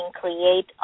create